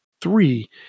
three